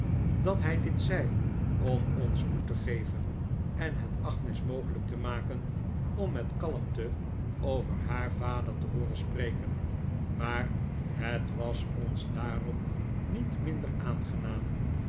dat hij dit zei om ons moed te geven en het agnes mogelijk te maken om met kalmte over haar vader te hooren spreken maar het was ons daarom niet minder aangenaam